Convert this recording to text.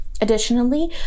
Additionally